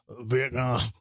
vietnam